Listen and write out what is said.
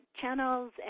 channels